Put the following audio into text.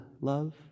love